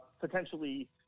potentially